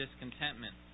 discontentment